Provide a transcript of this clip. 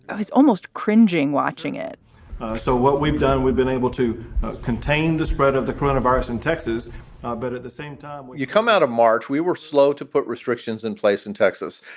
he's almost cringing watching it so what we've done, we've been able to contain the spread of the coronavirus in texas ah but at the same time, you come out of march, we were slow to put restrictions in place in texas,